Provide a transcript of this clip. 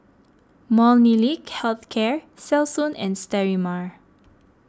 Molnylcke Health Care Selsun and Sterimar